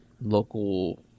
local